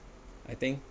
I think